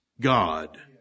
God